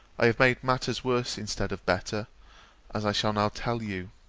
i have made matters worse instead of better as i shall now tell you.